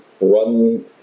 run